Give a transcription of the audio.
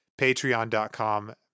patreon.com